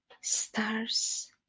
Stars